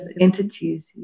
entities